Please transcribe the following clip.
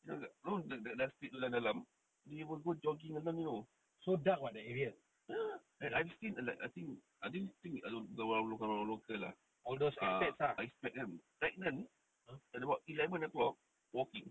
you know the the the sebelah situ dalam dalam they will go jogging alone you know ya and I've seen like I think I didn't think bukan orang local lah expats kan pregnant at about eleven o'clock walking